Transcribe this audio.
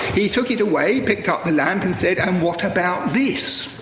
he took it away, picked up the lamp, and said, and what about this?